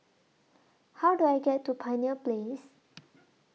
How Do I get to Pioneer Place